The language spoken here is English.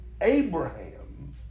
Abraham